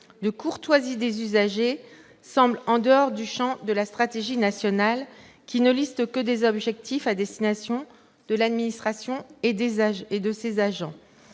de courtoisie des usagers semble en dehors du champ de la stratégie nationale, qui ne liste que des objectifs à destination de l'administration et de ses agents.